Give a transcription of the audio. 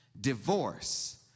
divorce